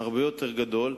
הרבה יותר גדול.